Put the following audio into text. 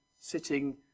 sitting